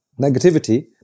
negativity